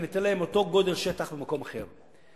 וניתן להם אותו גודל שטח במקום אחר.